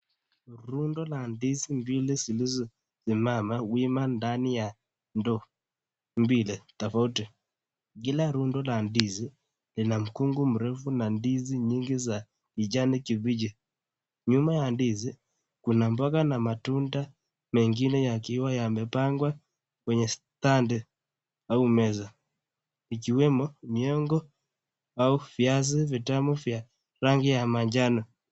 Rundo la ndizi mbili zilizo simama wima ndani ya ndoo mbili tofauti . Kila rundo la ndizi lina mkungu mrefu na ndizi nyingi za kijani kibichi. Nyuma ya ndizi kuna mboga na matunda mengine yakiwa yamepangwa kwenye (cs) stand (cs) au meza ikiwemo mihogo au viazi vitamu vya rangi ya manjano.